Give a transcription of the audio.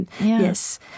Yes